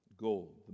Gold